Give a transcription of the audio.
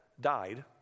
died